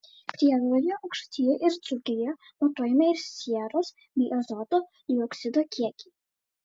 preiloje aukštaitijoje ir dzūkijoje matuojami ir sieros bei azoto dioksido kiekiai